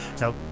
Now